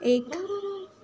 एक